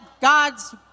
God's